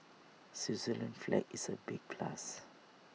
Switzerland's flag is A big plus